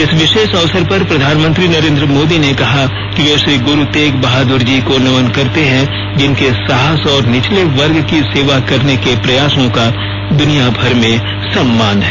इस विशेष अवसर पर प्रधानमंत्री नरेन्द्र मोदी ने कहा कि वे श्री ग्रुर तेग बहादुर जी को नमन करते हैं जिनके साहस और निचले वर्ग की सेवा करने के प्रयासों का दुनियाभर में सम्मान है